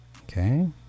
okay